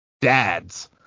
DADS